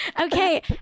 Okay